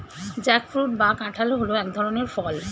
jackfruit বা কাঁঠাল হল এক ধরনের ফল